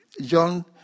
John